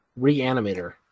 Reanimator